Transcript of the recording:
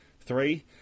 three